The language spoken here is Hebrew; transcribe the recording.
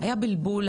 היה בלבול,